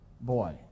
boy